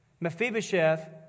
Mephibosheth